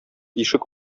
ишек